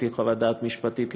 לפי חוות דעת משפטית,